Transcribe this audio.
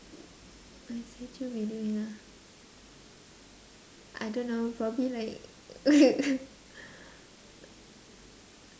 my statue be doing ah I don't know probably like